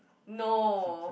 no